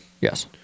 Yes